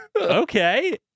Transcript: Okay